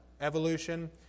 evolution